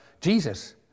Jesus